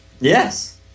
Yes